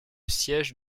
siège